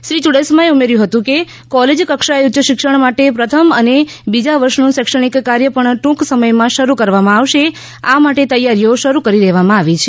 શ્રી યુડાસમાએ ઉમેર્યું કે કોલેજ કક્ષાએ ઉચ્યશિક્ષણ માટે પ્રથમ અને બીજા વર્ષનું શૈક્ષણિક કાર્ય પણ ટૂંક સમયમાં શરૂ કરવામાં આવશે આ માટે તૈયારીઓ શરૂ કરી દેવામાં આવી છે